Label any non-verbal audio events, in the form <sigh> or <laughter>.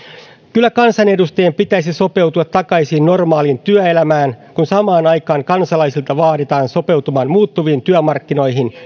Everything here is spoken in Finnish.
kyllä kansanedustajien pitäisi sopeutua takaisin normaaliin työelämään kun samaan aikaan kansalaisten vaaditaan sopeutuvan muuttuviin työmarkkinoihin <unintelligible>